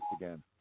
again